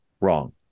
wrong